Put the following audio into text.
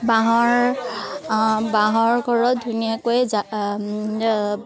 বাঁহৰ বাঁহৰ ঘৰত ধুনীয়াকৈ